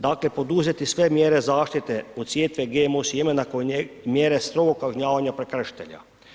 Dakle, poduzeti sve mjere zaštite od sjetve GMO sjemena koje mjere strogo kažnjavanje prekršitelja.